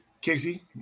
Casey